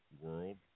world